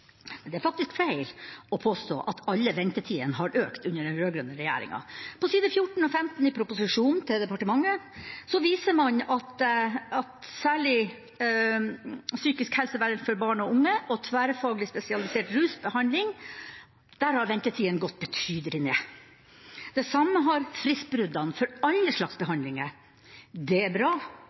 det er faktisk feil å påstå at alle ventetidene har økt under den rød-grønne regjeringa. På side 14 og 15 i proposisjonen fra departementet viser man at særlig for psykisk helsevern for barn og unge og tverrfaglig spesialisert rusbehandling har ventetidene gått betydelig ned. Det samme har fristbruddene for alle slags behandlinger. Det er bra,